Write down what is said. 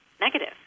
negative